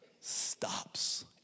stops